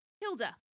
Hilda